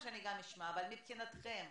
אנחנו יודעים כבר שיש התנגדויות